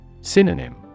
Synonym